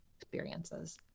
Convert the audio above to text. experiences